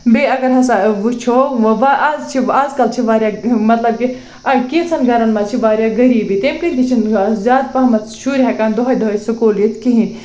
بیٚیہِ اگر ہسا وٕچھو وٕ وَ آز چھِ آز کل چھِ واریاہ مطلب کہِ کینٛژاہ گَرَن منٛز چھِ واریاہ غریٖبی تَمہِ کِنۍ تہِ چھٕنہٕ زیادٕ پہمَتھ شُرۍ ہٮ۪کان دۄہَے دۄہَے سُکوٗل یِتھ کِہیٖنۍ